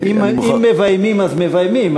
אם מביימים אז מביימים.